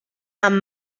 amb